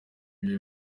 ibyo